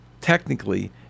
technically